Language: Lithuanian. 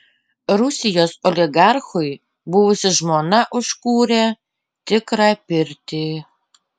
rusijos oligarchui buvusi žmona užkūrė tikrą pirtį